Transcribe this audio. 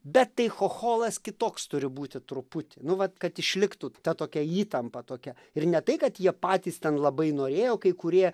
bet tai chocholas kitoks turi būti truputį nu vat kad išliktų ta tokia įtampa tokia ir ne tai kad jie patys ten labai norėjo kai kurie